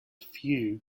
few